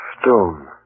Stone